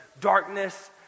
Darkness